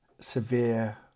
severe